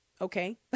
okay